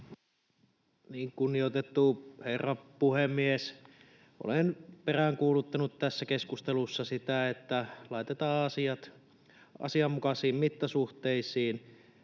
hyvä. Kunnioitettu herra puhemies! Olen peräänkuuluttanut tässä keskustelussa sitä, että laitetaan asiat asianmukaisiin mittasuhteisiin: